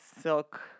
silk